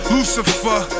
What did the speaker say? Lucifer